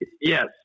Yes